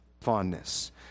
fondness